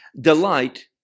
delight